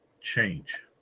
change